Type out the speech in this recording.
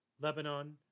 Lebanon